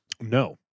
No